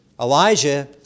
elijah